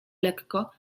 lekko